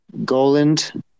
Goland